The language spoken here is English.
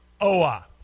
O-A